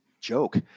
joke